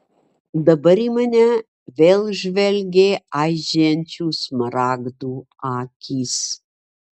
dabar į mane vėl žvelgė aižėjančių smaragdų akys